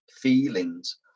feelings